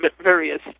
various